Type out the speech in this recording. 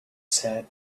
said